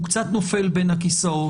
הוא קצת נופל בין הכיסאות.